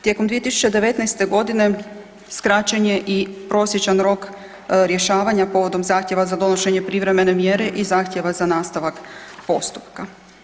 Tijekom 2019.g. skraćen je i prosječan rok rješavanja povodom zahtjeva za donošenje privremene mjere i zahtjeva za nastavak postupka.